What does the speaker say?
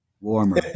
warmer